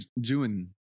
June